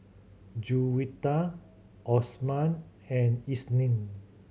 Juwita Osman and Isnin